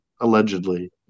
allegedly